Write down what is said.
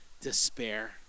despair